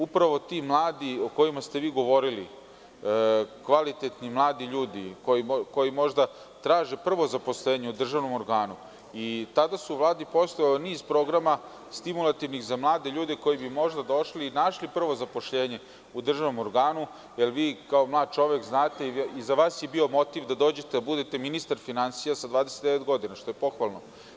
Upravo ti mladi, o kojima ste vi govorili kvalitetni mladi ljudi, koji možda traže prvo zaposlenje u državnom organu i tako su u Vladi postojali niz programa stimulativnih za mlade ljude koji bi možda došli i našli prvo zaposlenje u državnom organu, jer vi kao mlad čovek znate i za vas je bio motiv da dođete da budete ministar finansija sa 29 godina, što je pohvalno.